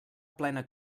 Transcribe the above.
plena